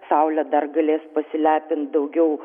saule dar galės pasilepint daugiau